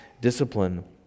discipline